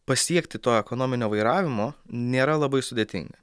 pasiekti to ekonominio vairavimo nėra labai sudėtinga